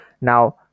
Now